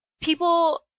People